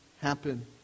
happen